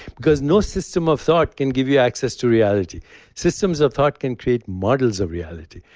because no system of thought can give you access to reality systems of thought can create models of reality.